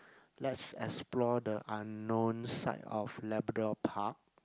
let's explore the unknown side of Labrador-Park